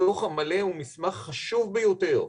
הדו"ח המלא הוא מסמך חשוב ביותר,